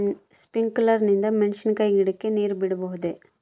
Sprinkler ನಿಂದ ಮೆಣಸಿನಕಾಯಿ ಗಿಡಕ್ಕೆ ನೇರು ಬಿಡಬಹುದೆ?